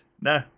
No